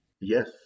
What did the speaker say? yes